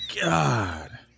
God